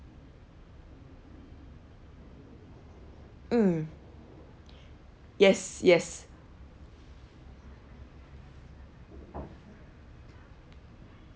mm yes yes